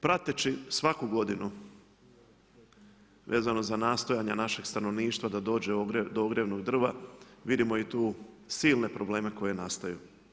Prateći svaku godinu vezano za nastojanja našeg stanovništva da dođe do ogrjevnog drva vidimo i tu silne probleme koji nastaju.